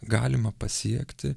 galima pasiekti